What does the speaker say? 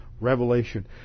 Revelation